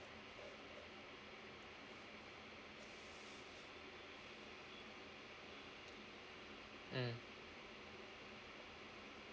mm